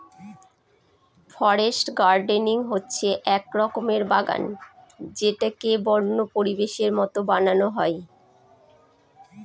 forest gardening হচ্ছে এক রকমের বাগান যেটাকে বন্য পরিবেশের মতো বানানো হয়